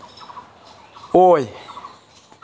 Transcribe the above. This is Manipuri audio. ꯑꯣꯏ